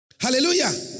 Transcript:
Hallelujah